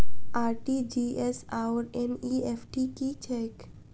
RTGS आओर NEFT की छैक?